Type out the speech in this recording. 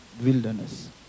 wilderness